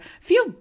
feel